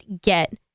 get